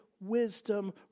wisdom